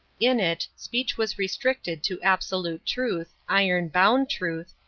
in it speech was restricted to absolute truth, iron-bound truth,